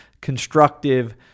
constructive